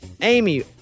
Amy